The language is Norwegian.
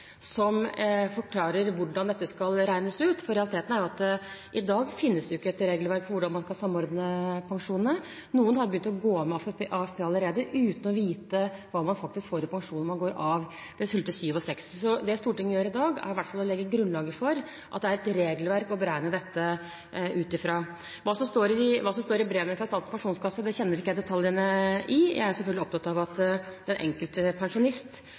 som forklarer hvordan dette skal regnes ut. For realiteten er at i dag finnes det ikke et regelverk for hvordan man skal samordne pensjonene. Noen har begynt å gå av med AFP allerede uten å vite hva de faktisk får i pensjon når de går av ved fylte 67 år. Det Stortinget gjør i dag, er i hvert fall å legge grunnlaget for at det er et regelverk å beregne ut fra. Hva som står i brevene fra Statens pensjonskasse, kjenner jeg ikke detaljene i. Jeg er selvfølgelig opptatt av at den enkelte pensjonist